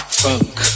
funk